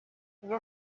iyo